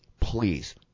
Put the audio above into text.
please